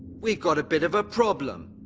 we got a bit of a problem.